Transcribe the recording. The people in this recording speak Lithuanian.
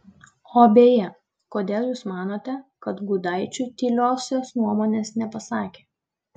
o beje kodėl jūs manote kad gudaičiui tyliosios nuomonės nepasakė